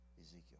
Ezekiel